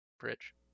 bridge